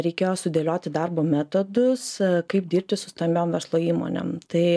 reikėjo sudėlioti darbo metodus kaip dirbti su stambiom verslo įmonėm tai